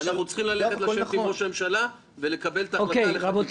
אנחנו צריכים לשבת עם ראש הממשלה ולקבל את ההחלטה לחקיקה.